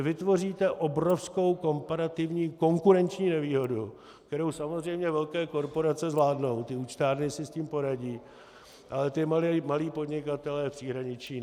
Vytvoříte obrovskou komparativní konkurenční nevýhodu, kterou samozřejmě velké korporace zvládnou, ty účtárny si s tím poradí, ale ti malí podnikatelé v příhraničí ne.